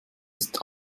ist